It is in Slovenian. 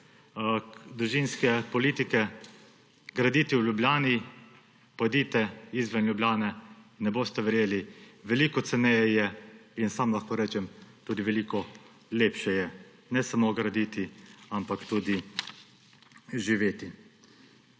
družinske politike graditi v Ljubljani, pojdite izven Ljubljane. Ne boste verjeli, veliko ceneje je in sam lahko rečem, tudi veliko lepše je, ne samo graditi, ampak tudi živeti.